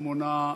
תודה.